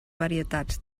varietats